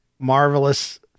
marvelous